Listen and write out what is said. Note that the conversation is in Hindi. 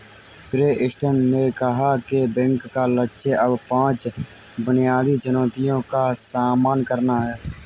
प्रेस्टन ने कहा कि बैंक का लक्ष्य अब पांच बुनियादी चुनौतियों का सामना करना है